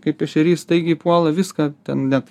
kaip ešerys staigiai puola viską ten net